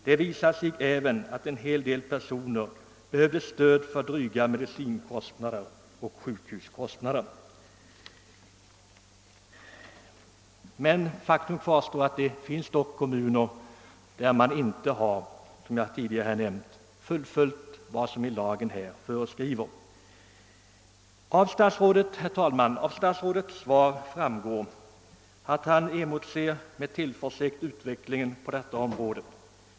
Det visade sig även att en hel del personer behövde stöd för dryga medicinkostnader och sjukhuskostnader. Faktum kvarstår dock att det, såsom jag tidigare har nämnt, finns kommuner där man inte har fullgjort vad lagen här föreskriver. Herr talman! Av statsrådets svar framgår att han med tillförsikt emotser utvecklingen på detta område.